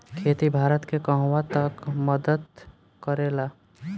खेती भारत के कहवा तक मदत करे ला?